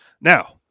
Now